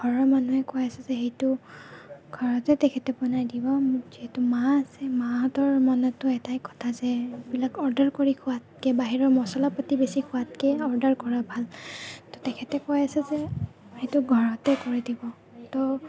ঘৰৰ মানুহে কৈ আছে যে সেইটো ঘৰতে তেখেতে বনাই দিব মোক যিহেতু মা আছে মাহঁতৰ মনতটো এটাই কথা যে এইবিলাক অৰ্ডাৰ কৰি খোৱাতকৈ বাহিৰৰ মচলা পাতি বেছি খোৱাতকৈ অৰ্ডাৰ কৰা ভাল ত' তেখেতে কৈ আছে যে সেইটো ঘৰতে কৰি দিব ত'